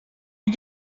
you